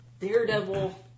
Daredevil